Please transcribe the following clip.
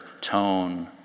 tone